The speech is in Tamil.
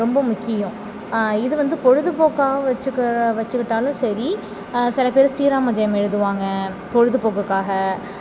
ரொம்ப முக்கியம் இது வந்து பொழுதுப்போக்காகவும் வச்சுக்க வச்சுக்கிட்டாலும் சரி சில பேர் ஸ்ரீராம ஜெயம் எழுதுவாங்க பொழுதுப்போக்குக்காக